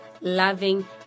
loving